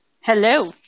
Hello